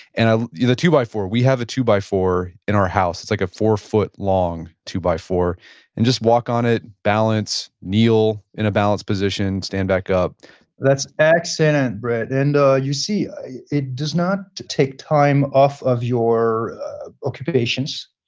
and i'll either two by four, we have a two by four in our house, it's like a four foot long two by four and just walk on it, balance, kneel in a balance position, stand back up that's excellent, brett. and you see, it does not take time off of your occupations